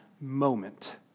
moment